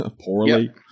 poorly